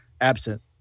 absent